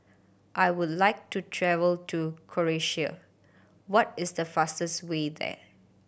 I would like to travel to Croatia what is the fastest way there